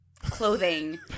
clothing